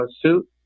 suit